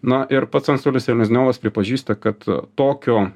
na ir pats antstolis selezniovas pripažįsta kad tokio